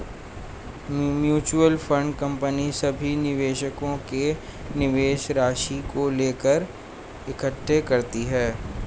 mutual fund company सभी निवेशकों के निवेश राशि को लेकर इकट्ठे करती है